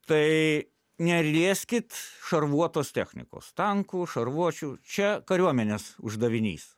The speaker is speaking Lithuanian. tai nelieskit šarvuotos technikos tankų šarvuočių čia kariuomenės uždavinys